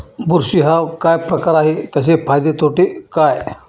बुरशी हा काय प्रकार आहे, त्याचे फायदे तोटे काय?